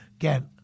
Again